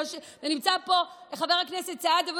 ונמצא פה חבר הכנסת סעדה,